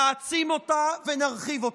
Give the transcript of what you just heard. נעצים אותה ונרחיב אותה.